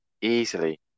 easily